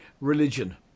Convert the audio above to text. religion